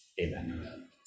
Amen